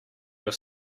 your